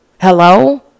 Hello